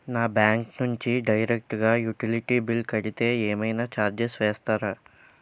నా బ్యాంక్ నుంచి డైరెక్ట్ గా యుటిలిటీ బిల్ కడితే ఏమైనా చార్జెస్ వేస్తారా?